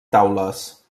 taules